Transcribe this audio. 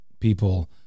people